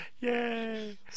yay